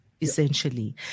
essentially